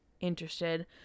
interested